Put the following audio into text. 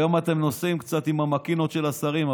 היום אתם נוסעים קצת עם ה"מכינות" של השרים,